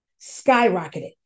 skyrocketed